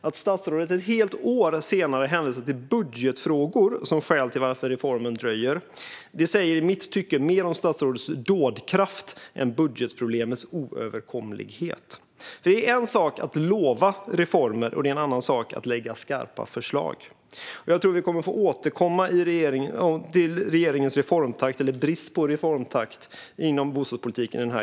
Att statsrådet ett helt år senare hänvisar till budgetfrågor som skäl till att reformen dröjer säger i mitt tycke mer om statsrådets dådkraft än om budgetproblemets oöverkomlighet. Det är en sak att lova reformer och en annan sak att lägga fram skarpa förslag. Jag tror att vi i denna kammare kommer att få återkomma till regeringens reformtakt, eller brist på reformtakt, inom bostadspolitiken.